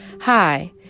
Hi